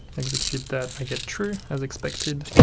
execute that i get true, as expected.